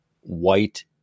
white